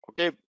okay